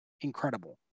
incredible